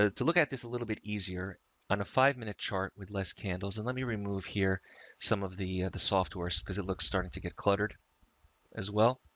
ah to look at this a little bit easier on a five minute chart with less candles. and let me remove here some of the, the software, cause it looks starting to get cluttered as well.